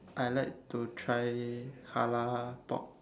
I like to try halal pork